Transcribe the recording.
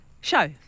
Show